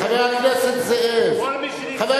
חבר הכנסת זאב.